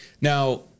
Now